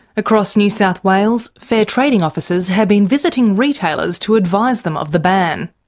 across new south wales, fair trading officers have been visiting retailers to advise them of the ban.